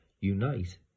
unite